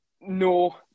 no